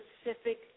specific –